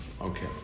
Okay